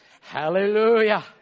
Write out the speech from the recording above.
Hallelujah